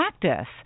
practice